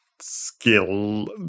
skill